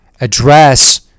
address